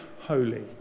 holy